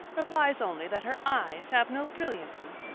replies only that her eyes have no brilliancy!